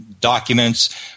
documents